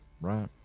right